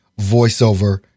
voiceover